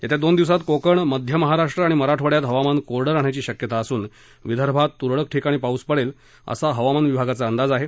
येत्या दोन दिवसात कोकण मध्य महाराष्ट्र आणि मराठवाड्यात हवामान कोरडं राहण्याची शक्यता असून विदर्भात तुरळक ठिकाणी पाऊस पडेल असा हवामान विभागाचा अंदाज आहे